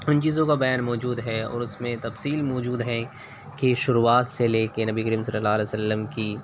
ان چیزوں کا بیان موجود ہے اور اس میں تفصیل موجود ہے کہ شروعات سے لے کے نبی کریم صلی اللہ علیہ وسلم کی